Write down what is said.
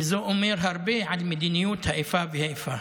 וזה אומר הרבה על מדיניות האיפה ואיפה.